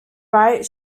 right